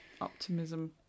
Optimism